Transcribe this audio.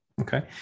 okay